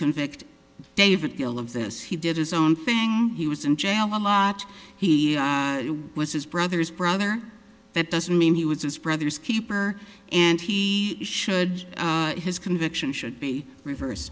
convict david theall of this he did his own thing he was in jail a lot he was his brother's brother that doesn't mean he was his brother's keeper and he should his conviction should be reverse